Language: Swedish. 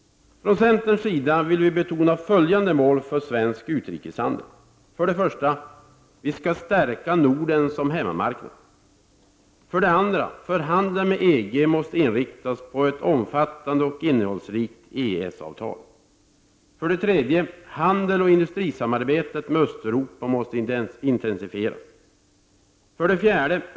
Centern vill betona följande mål för svensk utrikeshandel: 1. Stärk Norden som hemmamarknad. 2. Förhandlingarna med EG måste inriktas på ett omfattande och innehållsrikt EES-avtal. 3. Handeln och industrisamarbetet med Östeuropa måste intensifieras. 4.